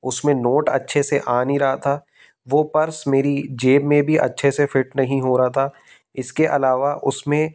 उसमें नोट अच्छे से आ नी रहा था वो पर्स मेरी जेब में भी अच्छे से फ़िट नहीं हो रहा था इसके अलावा उसमें